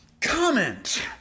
comment